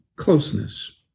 Closeness